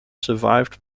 survived